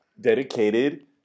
dedicated